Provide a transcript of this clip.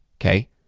okay